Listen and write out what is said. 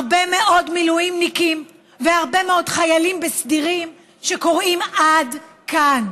הרבה מאוד מילואימניקים והרבה מאוד חיילים בסדיר שקוראים: עד כאן.